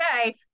okay